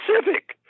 specific